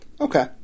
Okay